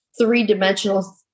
three-dimensional